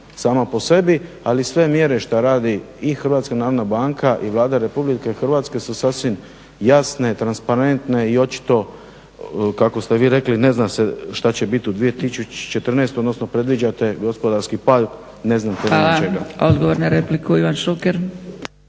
sama po sebi ali sve mjere što radi i HNB i Vlada RH su sasvim jasne, transparentne i očito kako ste vi rekli ne zna se šta će biti u 2014.odnosno predviđate gospodarski pad ne znate ni čega.